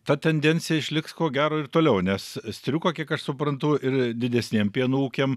ta tendencija išliks ko gero ir toliau nes striuka kiek aš suprantu ir didesniem pieno ūkiam